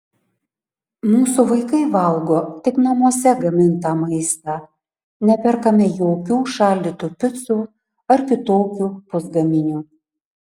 mūsų vaikai valgo tik namuose gamintą maistą neperkame jokių šaldytų picų ar kitokių pusgaminių